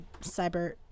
cyber